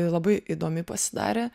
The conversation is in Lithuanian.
labai įdomi pasidarė